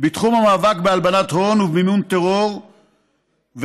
בתחום המאבק בהלבנת הון ומימון טרור והפצתו.